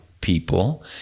people